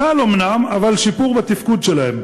קל אומנם, אבל שיפור, בתפקוד שלהם.